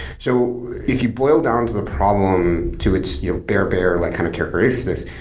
so if you boil down to the problem to its your bare-bare like kind of characteristics,